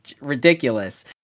ridiculous